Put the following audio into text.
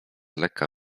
lekka